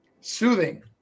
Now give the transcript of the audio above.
Soothing